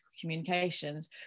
communications